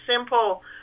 simple